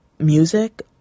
music